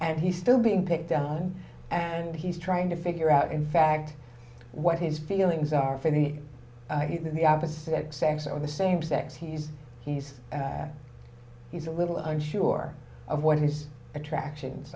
and he's still being picked on and he's trying to figure out in fact what his feelings are for me the opposite sex or the same sex he's he's he's a little unsure of what he's attractions